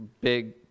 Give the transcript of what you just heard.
big